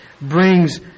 brings